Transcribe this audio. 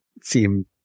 seem